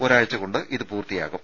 ഒരാഴ്ചകൊണ്ട് ഇത് പൂർത്തിയാകും